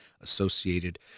associated